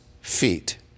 feet